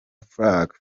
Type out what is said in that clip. flocka